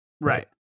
Right